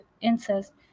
incest